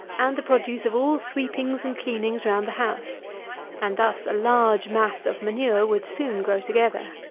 and the produce of all sweepings and cleanings round the house and thus a large mass of manure would soon grow together.